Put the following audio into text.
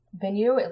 venue